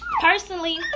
personally